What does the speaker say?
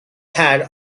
had